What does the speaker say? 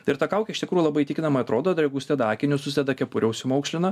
ir ta kaukė iš tikrųjų labai įtikinamai atrodo dar jeigu užsideda akinius užsideda kepurę užsimaukšlina